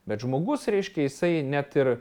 bet žmogus reiškia jisai net ir